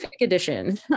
edition